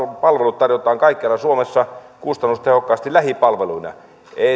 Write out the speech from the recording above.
palvelut tarjotaan kaikkialla suomessa kustannustehokkaasti lähipalveluina